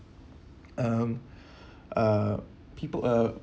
um uh people uh